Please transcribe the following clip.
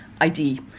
ID